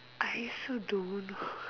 I also don't know